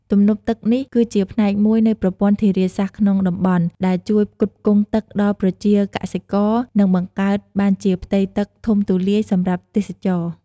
ទំនប់ទឹកនេះ គឺជាផ្នែកមួយនៃប្រព័ន្ធធារាសាស្ត្រក្នុងតំបន់ ដែលជួយផ្គត់ផ្គង់ទឹកដល់ប្រជាកសិករ និងបង្កើតបានជាផ្ទៃទឹកធំទូលាយសម្រាប់ទេសចរណ៍។